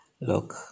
look